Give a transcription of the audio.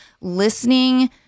listening